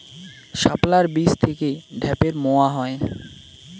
শাপলার বীজ থেকে ঢ্যাপের মোয়া হয়?